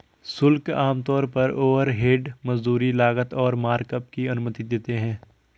शुल्क आमतौर पर ओवरहेड, मजदूरी, लागत और मार्कअप की अनुमति देते हैं